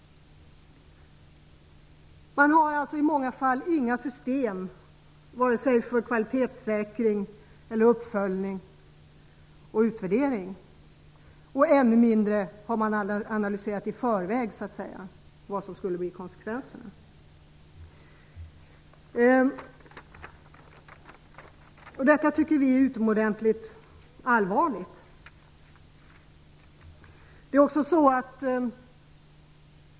Man har i många fall inga system för vare sig kvalitetssäkring eller uppföljning och utvärdering. Ännu mindre har man i förväg analyserat vilka konsekvenserna skulle bli. Vi tycker att detta är utomordentligt allvarligt.